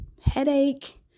headache